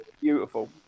beautiful